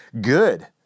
good